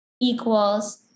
equals